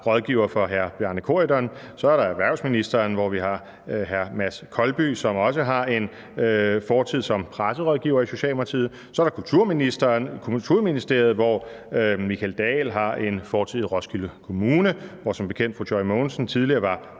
rådgiver for hr. Bjarne Corydon. Så er der Erhvervsministeriet, hvor vi har hr. Mads Kolby, som også har en fortid som presserådgiver i Socialdemokratiet. Så er der Kulturministeriet, hvor Michael Dahl Nielsen har en fortid i Roskilde Kommune, hvor som bekendt fru Joy Mogensen tidligere var